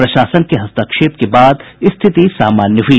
प्रशासन के हस्तक्षेप के बाद स्थिति सामान्य हुई